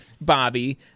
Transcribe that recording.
Bobby